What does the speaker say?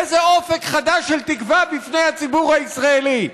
איזה אופק חדש של תקווה בפני הציבור הישראלי.